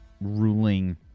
ruling